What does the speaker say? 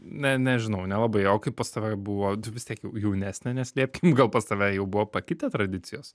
ne nežinau nelabai o kaip pas tave buvo tu vis tiek jau jaunesnė neslėpkim gal pas tave jau buvo pakitę tradicijos